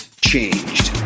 Changed